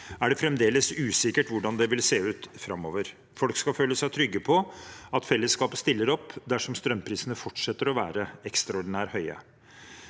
er det fremdeles usikkert hvordan det vil se ut framover. Folk skal føle seg trygge på at fellesskapet stiller opp dersom strømprisene fortsetter å være ekstraordinært høye.